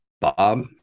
Bob